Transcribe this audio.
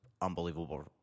unbelievable